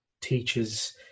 teachers